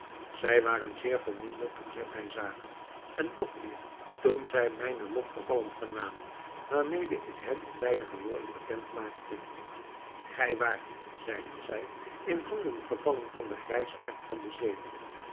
zij waren zeer verwonderd toen zij mij zagen en nog meer toen zij mijne lotgevallen vernamen waarmede ik hen in weinige woorden bekend maakte gij waart zeiden zij in handen gevallen van den grijsaard van de zee